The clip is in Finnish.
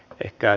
ehkä